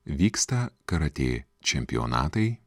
vyksta karatė čempionatai